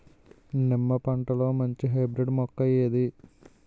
నిమ్మ పంటలో మంచి హైబ్రిడ్ మొక్క ఏది?